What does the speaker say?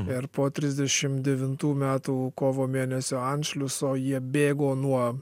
ir po trisdešim devintų metų kovo mėnesio anšliuso jie bėgo nuo